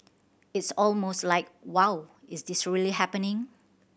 it's almost like Wow is this really happening